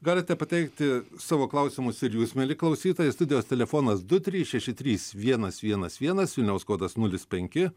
galite pateikti savo klausimus ir jūs mieli klausytojai studijos telefonas du trys šeši trys vienas vienas vienas vilniaus kodas nulis penki